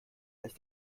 dass